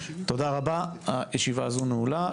תודה רבה, הישיבה הזו נעולה.